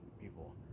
people